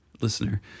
listener